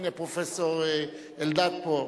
הנה, פרופסור אלדד פה.